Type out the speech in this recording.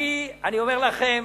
אני אומר לכם,